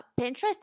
pinterest